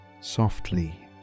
softly